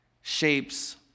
shapes